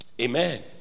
Amen